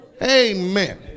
Amen